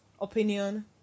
opinion